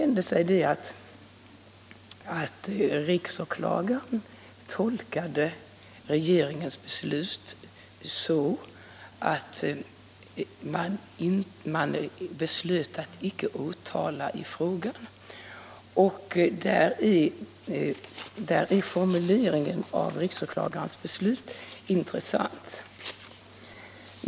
Nu tolkar riksåklagaren regeringens beslut så att åtal icke väcktes i frågan. Formuleringen i riksåklagarens beslut är intressant.